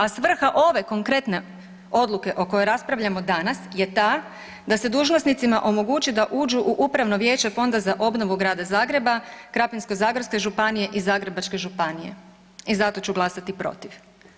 A svrha ove konkretne odluke o kojoj raspravljamo danas je ta da se dužnosnicima omogući da uđu u upravno vijeće Fonda za obnovu Grada Zagreba, Krapinsko-zagorske županije i Zagrebačke županije i zato ću glasati protiv.